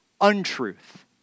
untruth